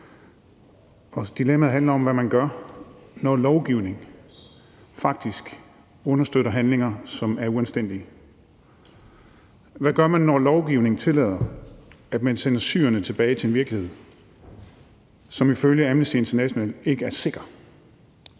Dilemmaet handler om, hvad man gør, når lovgivning faktisk understøtter handlinger, som er uanstændige. Hvad gør man, når lovgivningen tillader, at man sender syrerne tilbage til en virkelighed, som ifølge Amnesty International ikke er sikker?